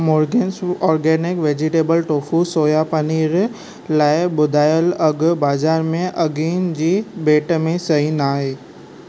मोर्गिंस organic vegetable tofu soya paneer लाइ ॿुधायल अघि बाज़ार जे अघनि जी भेट में सही न आहे